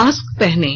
mask पहनें